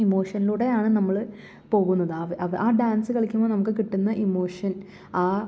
ഇമോഷനിലൂടെയാണ് നമ്മള് പോകുന്നത് അവ അവ ആ ഡാൻസ് കളിക്കുമ്പോൾ നമുക്ക് കിട്ടുന്ന ഇമോഷൻ ആ